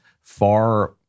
far